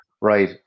Right